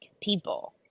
people